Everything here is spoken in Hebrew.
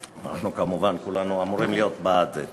אנחנו כולנו כמובן אמורים להיות בעד זה.